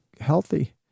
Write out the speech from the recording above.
healthy